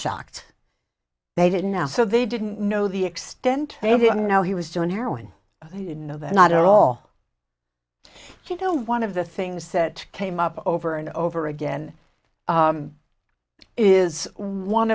shocked they didn't now so they didn't know the extent they didn't know he was doing heroin not at all you know one of the things that came up over and over again is one